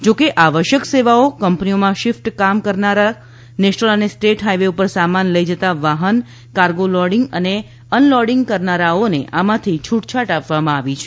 જો કે આવશ્યક સેવાઓ કંપનીઓમાં શિફ્ટમાં કામ કરનારા નેશનલ અને સ્ટેટ હાઈવે પર સામાન લઈ જતા વાહન કાર્ગો લોડિંગ અને અનલોડિંગ કરનારાઓ ને આમાંથી છૂટછાટ આપવામાં આવી છે